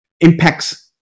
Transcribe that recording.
impacts